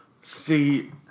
See